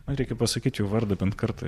na reikia pasakyt jų vardą bent kartą